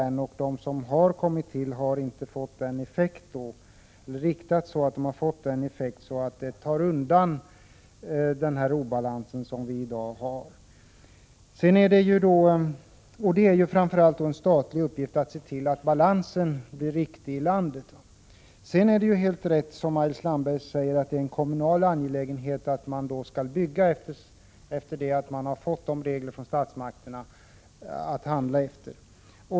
De åtgärder som har vidtagits har inte varit riktade så att effekten har blivit att den nuvarande obalansen har kunnat undanröjas. Det är framför allt en statlig uppgift att se till att det skapas en riktig balans i landet. Det är helt riktigt, som Maj-Lis Landberg säger, att det är en kommunal angelägenhet att bygga, när statsmakterna har uppställt regler att handla efter.